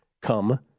come